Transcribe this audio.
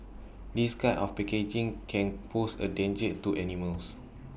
this kind of packaging can pose A danger to animals